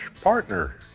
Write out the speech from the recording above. partner